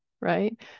right